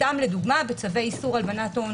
סתם לדוגמה, בצווי איסור הלבנת הון